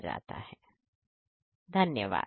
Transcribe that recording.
processing control plant